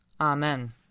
Amen